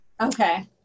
Okay